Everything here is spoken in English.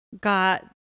got